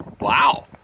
wow